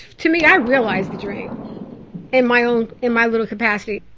to me, i realized the dream in my um in my little capacity.